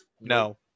No